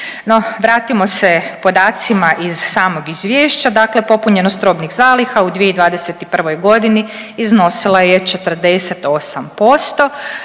vratimo se podacima iz samog izvješća. Dakle, popunjenost robnih zaliha u 2021. godini iznosila je 48%.